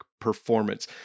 performance